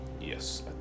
Yes